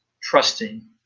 trusting